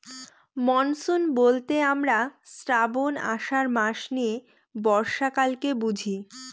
monsoon বলতে আমরা শ্রাবন, আষাঢ় মাস নিয়ে বর্ষাকালকে বুঝি